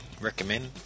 recommend